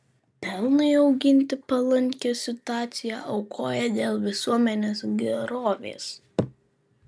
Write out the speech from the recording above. pelnui auginti palankią situaciją aukoja dėl visuomenės gerovės